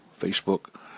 Facebook